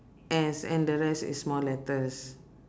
S and the rest is small letters